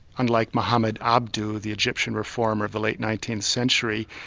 unlike mohammed abdu the egyptian reformer of the late nineteenth century,